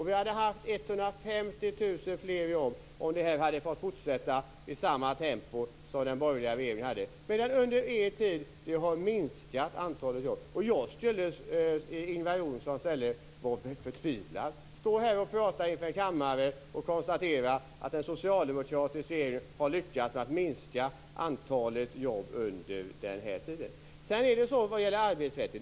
Vi hade haft 150 000 fler jobb om detta hade fått fortsätta i samma tempo som under den borgerliga regeringen. Under er tid har antalet jobb minskat. Jag skulle i Ingvar Johnssons ställe vara förtvivlad över att stå här och prata inför kammaren och konstatera att en socialdemokratisk regering under den här tiden har lyckats minska antalet jobb.